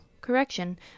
correction